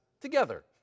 together